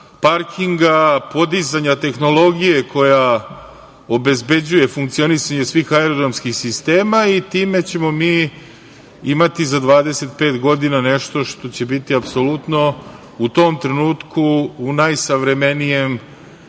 parkinga, podizanja tehnologije koja obezbeđuje funkcionisanje svih aerodromskih sistema i time ćemo mi imati za 25 godina nešto što će biti apsolutno u tom trenutku u rangu najsavremenijih